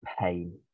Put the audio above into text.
pain